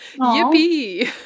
yippee